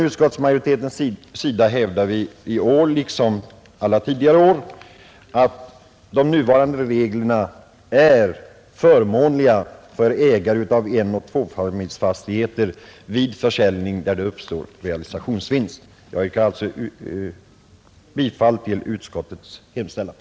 Utskottsmajoriteten hävdar i år liksom tidigare att redan de nuvarande reglerna är förmånliga för ägare av enoch tvåfamiljsfastigheter vid försäljning där det uppstår realisationsvinst. Jag yrkar, herr talman, bifall till utskottets hemställan.